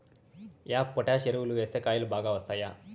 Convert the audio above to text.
MOP potash ఎరువులు వేస్తే కాయలు బాగా వస్తాయా?